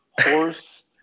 horse